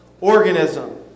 organism